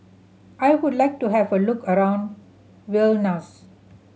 I would like to have a look around Vilnius